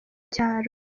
cyaro